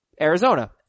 Arizona